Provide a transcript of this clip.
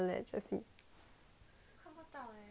then can you see ballut